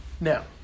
Now